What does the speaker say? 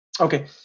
okay